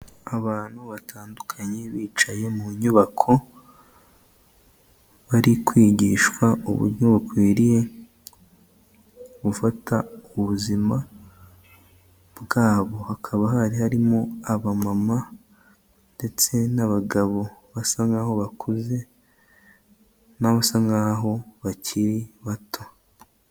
Abantu batandukanye bicaye mu nyubako, bari kwigishwa uburyo bakwiriye gufata ubuzima bwabo, hakaba hari harimo abamama ndetse n'abagabo basa nk'aho bakuze n'abasa nk'aho bakiri bato.